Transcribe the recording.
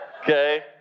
Okay